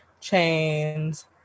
chains